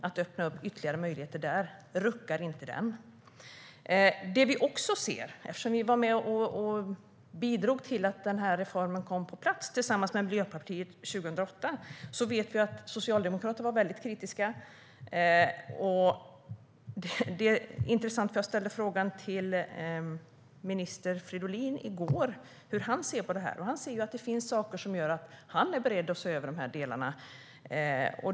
Att öppna för ytterligare möjligheter där ruckar inte systemet. Vi var, tillsammans med Miljöpartiet, med och bidrog till att reformen kom på plats 2008. Vi vet att Socialdemokraterna var väldigt kritiska. Det här är intressant. Jag frågade nämligen minister Fridolin vid frågestunden i går om hur han ser på det här. Han ser att det finns saker som gör att han är beredd att se över de här delarna.